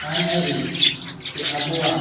ᱟᱹᱱ ᱟᱹᱨᱤ ᱥᱮ ᱟᱵᱚᱣᱟᱜ